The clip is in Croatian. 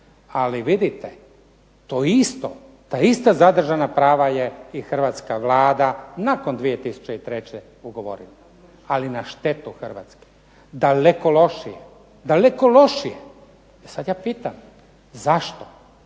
ali vidite to isto, ta ista zadržana prava je i hrvatska Vlada nakon 2003. ugovorila, ali na štetu Hrvatske, daleko lošije. Daleko lošije. I sad ja pitam, zašto?